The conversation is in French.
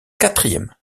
quatrième